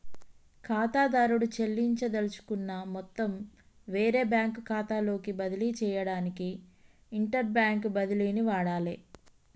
ఖాతాదారుడు చెల్లించదలుచుకున్న మొత్తం వేరే బ్యాంకు ఖాతాలోకి బదిలీ చేయడానికి ఇంటర్బ్యాంక్ బదిలీని వాడాలే